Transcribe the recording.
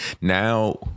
now